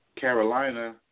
Carolina